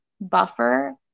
buffer